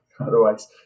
otherwise